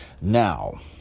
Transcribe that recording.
Now